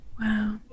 Wow